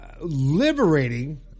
liberating